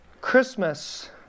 Christmas